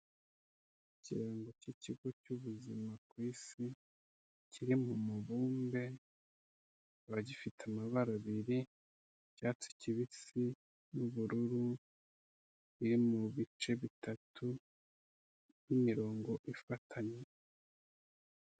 Ikirango cy'ikigo cy'ubuzima ku Isi, kiri mu mubumbe kikaba gifite amabara abiri, icyatsi kibisi n'ubururu, biri mu bice bitatu n'imirongo ifatanye.